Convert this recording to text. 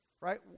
Right